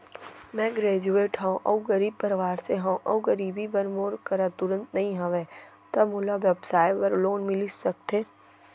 मैं ग्रेजुएट हव अऊ गरीब परवार से हव अऊ गिरवी बर मोर करा तुरंत नहीं हवय त मोला व्यवसाय बर लोन मिलिस सकथे?